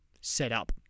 setup